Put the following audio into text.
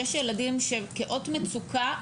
שיש ילדים שכאות מצוקה,